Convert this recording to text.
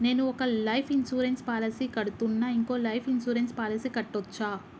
నేను ఒక life insurance policy కడ్తున్నా, ఇంకో లైఫ్ ఇన్సూరెన్స్ పాలసీ కట్టొచ్చా?